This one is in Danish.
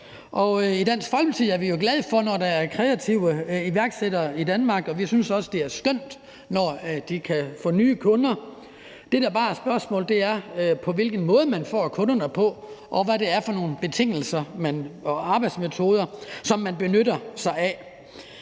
I Dansk Folkeparti er vi jo glade for det, når der er kreative iværksættere i Danmark, og vi synes også, det er skønt, når de kan få nye kunder. Det, der bare er spørgsmålet, er, hvilken måde man får kunderne på, og hvad det er for nogle betingelser og arbejdsmetoder, som man benytter sig af.